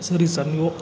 ಸರಿ ಸರ್ ನೀವು